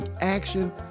action